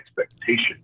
expectation